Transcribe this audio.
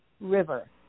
river